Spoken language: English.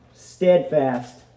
Steadfast